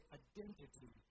identity